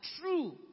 true